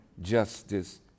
justice